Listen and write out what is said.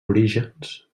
orígens